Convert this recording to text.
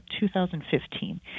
2015